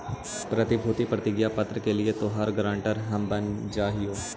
प्रतिभूति प्रतिज्ञा पत्र के लिए तोहार गारंटर हम बन जा हियो